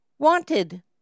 Wanted